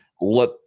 Let